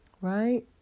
Right